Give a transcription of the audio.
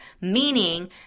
meaning